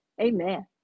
Amen